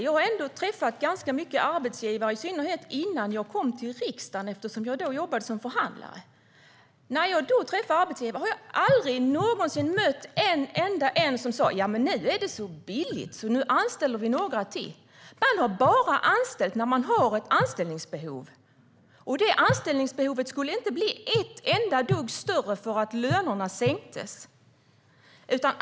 Jag har ändå träffat ganska många arbetsgivare, i synnerhet innan jag kom till riksdagen eftersom jag då jobbade som förhandlare. När jag har träffat arbetsgivare har jag aldrig någonsin mött en enda som sagt "Ja, nu är det så billigt, så nu anställer vi några till!". Man har bara anställt när man har haft ett anställningsbehov, och det anställningsbehovet skulle inte bli ett enda dugg större för att lönerna sänktes.